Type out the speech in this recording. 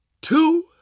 two